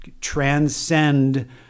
transcend